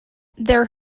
their